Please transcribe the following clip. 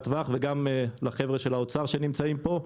טווח וגם לחבר'ה של האוצר שנמצאים פה,